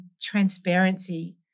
transparency